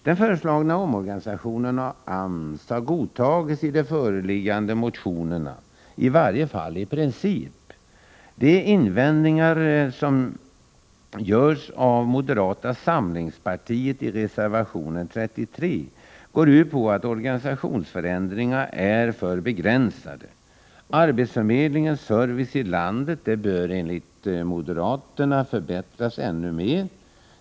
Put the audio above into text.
Den föreslagna omorganisationen av AMS har godtagits i de föreliggande motionerna — i varje fall i princip. De invändningar som görs av moderata samlingspartiet i reservation nr 33 går ut på att organisationsändringarna är för begränsade. Arbetsförmedlingens service i landet bör enligt moderaterna förbättras ännu mer.